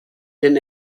denn